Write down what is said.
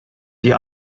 die